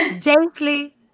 Gently